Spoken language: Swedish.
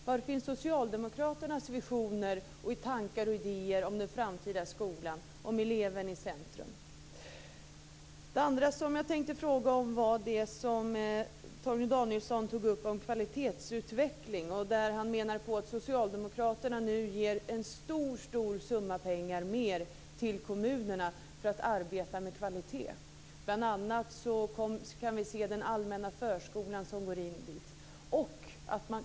Var finns Socialdemokraternas visioner, tankar och idéer om den framtida skolan och eleven i centrum? Det andra som jag tänkte fråga om gäller det som Han menade att Socialdemokraterna nu ger en stor summa pengar extra till kommunerna för att de skall kunna arbeta med kvalitet. Vi kan bl.a. se att den allmänna förskolan går in där.